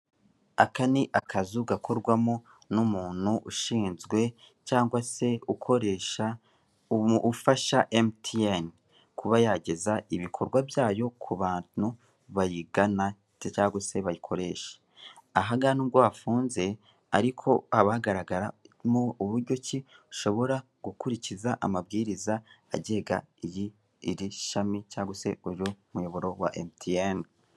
Aka ni akazu ggakorwamo n'umuntu usinzwe cyangwa se ukoresha, ufasha emutiyene kuba yageza ibikorwa byayo kubantu bayigana cyangwa se bayikoresha, ahhanggahha nubwo hafunze ariko haba hagaragaramo uburyo ki ushobora gukurikiza amabwiriza agenga irishhhami cyangwa se umurongo wa emutiyene.